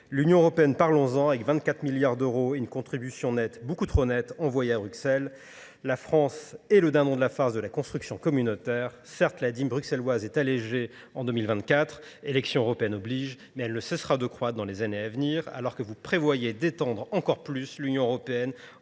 L'Union Européenne, parlons-en, avec 24 milliards d'euros et une contribution nette beaucoup trop nette envoyée à Bruxelles. La France est le dindon de la farce de la construction communautaire. Certes, la dîme bruxelloise est allégée en 2024. Élections européennes obligent, mais elle ne cessera de croître dans les années à venir, alors que vous prévoyez d'étendre encore plus l'Union Européenne